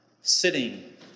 sitting